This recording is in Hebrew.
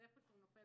זה איפשהו נופל